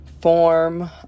form